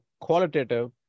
qualitative